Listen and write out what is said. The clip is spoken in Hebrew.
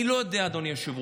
אני לא יודע, אדוני היושב-ראש.